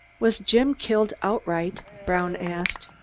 was jim killed outright? brown asked.